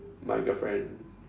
my girlfriend